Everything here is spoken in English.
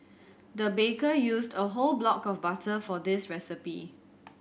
the baker used a whole block of butter for this recipe